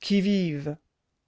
qui vive